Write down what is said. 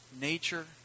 nature